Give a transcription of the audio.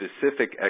specific